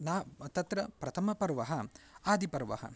ना म् तत्र प्रथमं पर्व आदिपर्व